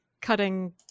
cutting